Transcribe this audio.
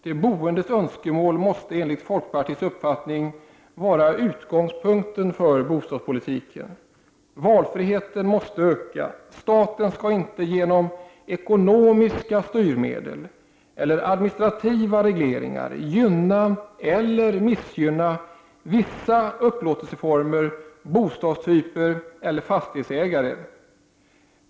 De boendes önskemål måste enligt folkpartiets uppfattning vara utgångspunkten för bostadspolitiken. Valfriheten måste öka. Staten skall inte genom ekonomiska styrmedel eller administrativa regleringar gynna eller missgynna vissa upplåtelseformer, bostadstyper eller fastighetsägare.